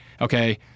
okay